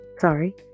Sorry